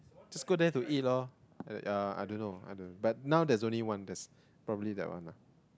just go there to eat loh ya I don't know I don't but now there's only one that's probably that one lah